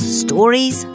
stories